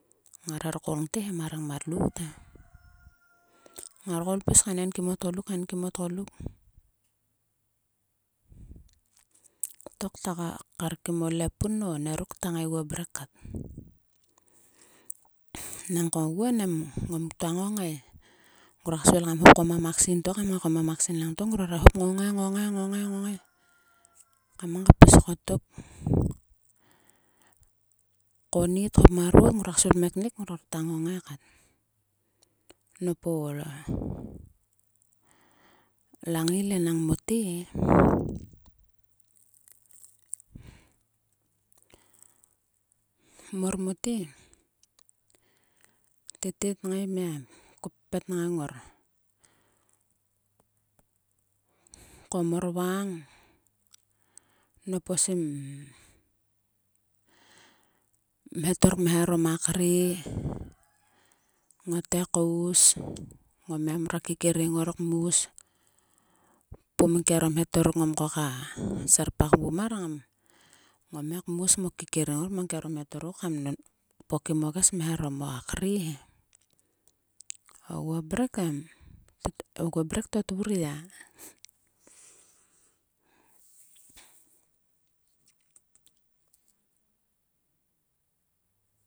Â ngar her koul ngte he ma rengmat lout he ngar koul pis kainkim o tgoluk. kainkim o tgoluk. To kta kar kim o lepun o onieruk kta ngaiguo mrek kat. Nangko oguon em, ngom ktua ngongai. Ngrua svil kam hop ko ma maksin to kam ngai ko ma maksin langto ngrora hop ngongai, ngongai ngongai. kam ngai kpis kotok. Konit hop marot ngroak svil kmeknik. Ngror kta ngongai kat. Nop o langail enang mote e. Mor mote, tete tngai mia koppet ngang ngor. Ko mor vang, nop o sim mheto kmeharom a kre. Ngote kous. ngom me mrua kekering ngor kmuspum kero mhetor ruk ngom koka serpak vgum mar. Ngam, ngom ngai kmus mo kekering ngor mang kero mhetor ruk kam pokim o ges kmeharom a kre he. Oguo mrek em. Oguo mrek to tvur ya.